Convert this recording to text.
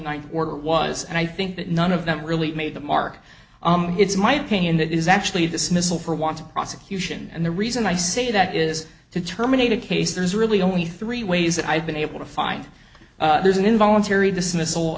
ninth order was and i think that none of them really made the mark it's my opinion that is actually this missile for want to prosecution and the reason i say that is to terminate a case there's really only three ways that i've been able to find there's an involuntary dismiss